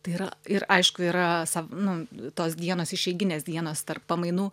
tai yra ir aišku yra nu tos dienos išeiginės dienos tarp pamainų